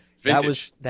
Vintage